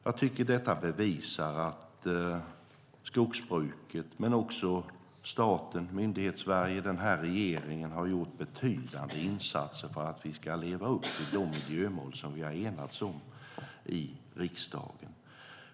Jag tycker att det bevisar att skogsbruket, staten, Myndighetssverige och den här regeringen har gjort betydande insatser för att vi ska leva upp till de miljömål som vi har enats om i riksdagen.